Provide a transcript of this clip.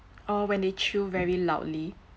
or when they chew very loudly